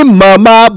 mama